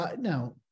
now